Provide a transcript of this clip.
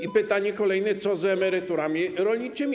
I pytanie kolejne: Co z emeryturami rolniczymi?